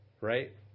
right